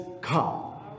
come